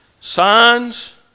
signs